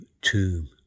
tomb